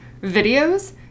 videos